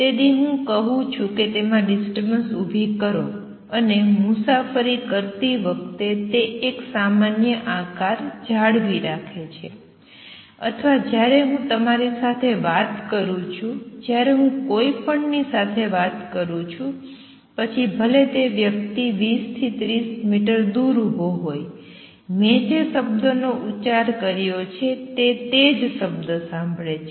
તેથી હું કહું છું કે તેમાં એક ડિસ્ટર્બન્સ ઉભી કરો અને મુસાફરી કરતી વખતે તે એક સમાન આકાર જાળવી રાખે છે અથવા જ્યારે હું તમારી સાથે વાત કરું છું જ્યારે હું કોઈની પણ સાથે વાત કરું છું પછી ભલે તે વ્યક્તિ ૨0 ૩0 મીટર દૂર ઉભો હોય મે જે શબ્દનો ઉચ્ચાર કર્યો છે તેતેણી તે જ શબ્દ સાંભળે છે